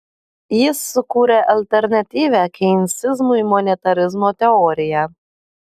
jis sukūrė alternatyvią keinsizmui monetarizmo teoriją